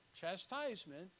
chastisement